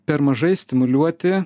per mažai stimuliuoti